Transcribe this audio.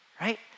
right